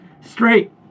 Straight